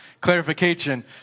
clarification